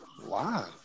Wow